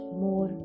more